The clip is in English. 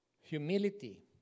Humility